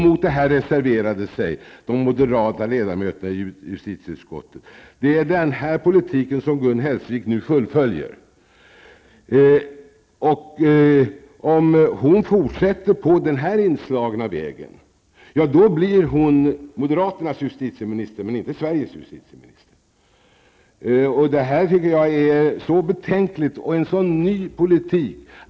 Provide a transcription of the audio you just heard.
Mot detta reserverade sig de moderata ledamöterna i justitieutskottet. Det är denna politik som Gun Hellsvik nu fullföljer. Om hon fortsätter på den här inslagna vägen, blir hon moderaternas justitieminister men inte Sveriges justitieminister. Det här tycker jag är högst betänkligt. Det är verkligen en ny politik.